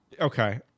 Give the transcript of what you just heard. Okay